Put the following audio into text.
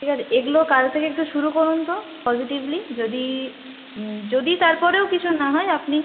ঠিক আছে এগুলো কাল থেকে একটু শুরু করুন তো পজিটিভলি যদি যদি তার পরেও কিছু না হয় আপনি